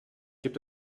gibt